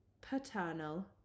paternal